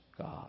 God